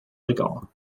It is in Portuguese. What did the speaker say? legal